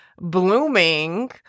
blooming